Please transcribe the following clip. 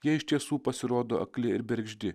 jie iš tiesų pasirodo akli ir bergždi